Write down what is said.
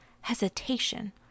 hesitation